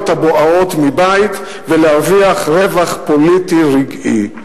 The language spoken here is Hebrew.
הבוערות מבית ולהרוויח רווח פוליטי רגעי.